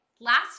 last